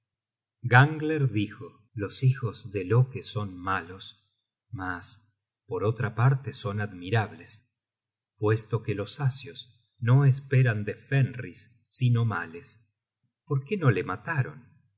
gangler dijo los hijos de loke son malos mas por otra parte son admirables puesto que los asios no esperan de fenris sino males porqué no le mataron